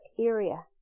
area